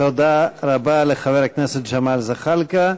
תודה רבה לחבר הכנסת ג'מאל זחאלקה.